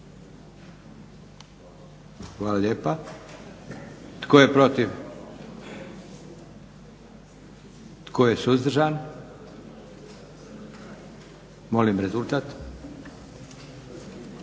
Hvala lijepa. Tko je protiv? Tko je suzdržani? Molim rezultat.